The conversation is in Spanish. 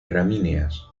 gramíneas